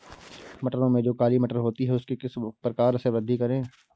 मटरों में जो काली मटर होती है उसकी किस प्रकार से वृद्धि करें?